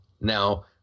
Now